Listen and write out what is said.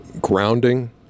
grounding